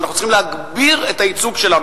אנחנו צריכים להגביר את הייצוג שלנו,